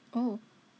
oh